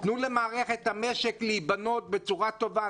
תנו למערכת המשק להיבנות בצורה טובה.